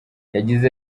yagize